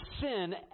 sin